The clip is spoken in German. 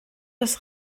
das